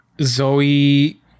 Zoe